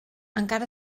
encara